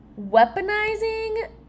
weaponizing